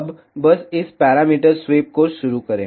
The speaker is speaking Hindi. अब बस इस पैरामीटर स्वीप को शुरू करें